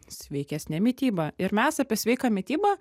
sveikesne mityba ir mes apie sveiką mitybą